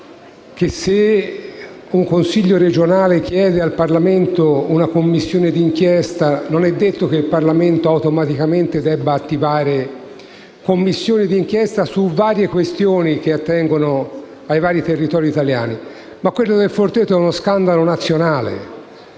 se un Consiglio regionale chiede al Parlamento di istituire una Commissione d'inchiesta, non è detto che il Parlamento automaticamente debba attivare Commissioni d'inchiesta su varie questioni che attengono ai vari territori italiani; tuttavia quello della cooperativa «Il Forteto» è uno scandalo nazionale